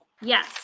Yes